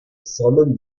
самым